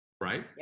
right